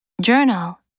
Journal